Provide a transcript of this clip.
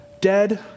Dead